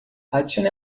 adicione